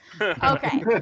Okay